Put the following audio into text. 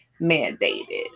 mandated